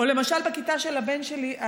או למשל בכיתה של הבן שלי,